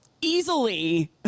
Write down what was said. easily